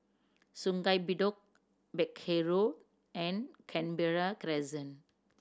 Sungei Bedok Peck Hay Road and Canberra Crescent